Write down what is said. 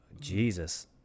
Jesus